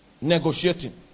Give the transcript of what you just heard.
negotiating